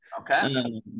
Okay